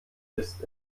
ist